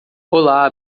olá